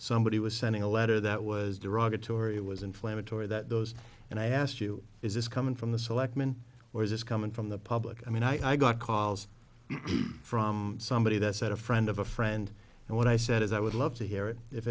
somebody was sending a letter that was derogatory it was inflammatory that those and i asked you is this coming from the selectmen or is this coming from the public i mean i got calls from somebody that said a friend of a friend and what i said is i would love to hear it if